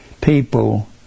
people